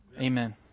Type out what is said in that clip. Amen